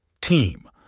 Team